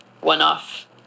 one-off